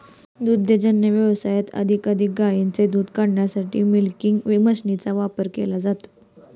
दुग्ध व्यवसायात अधिकाधिक गायींचे दूध काढण्यासाठी मिल्किंग मशीनचा वापर केला जातो